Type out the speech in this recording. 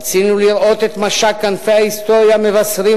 רצינו לראות את משק כנפי ההיסטוריה מבשר על